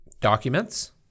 Documents